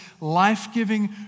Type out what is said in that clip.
life-giving